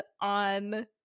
on